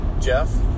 Jeff